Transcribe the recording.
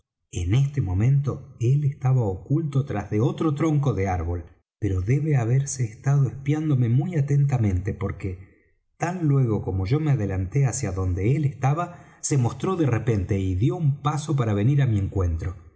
en este momento él estaba oculto tras de otro tronco de árbol pero debe haberse estado espiándome muy atentamente porque tan luego como yo me adelanté hacia donde él estaba se mostró de repente y dió un paso para venir á mi encuentro